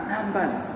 Numbers